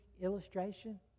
illustration